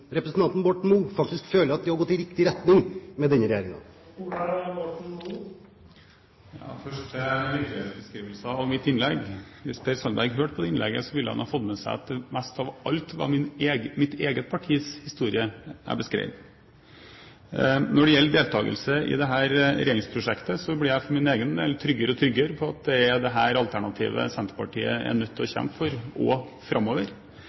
representanten Borten Moe faktisk at det har gått i riktig retning med denne regjeringen? Først til virkelighetsbeskrivelsen av mitt innlegg. Hvis Per Sandberg hørte på innlegget, ville han ha fått med seg at det mest av alt var mitt eget partis historie jeg beskrev. Når det gjelder deltakelse i dette regjeringsprosjektet, blir jeg for min egen del tryggere og tryggere på at det er dette alternativet Senterpartiet er nødt til å kjempe for også framover.